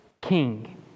king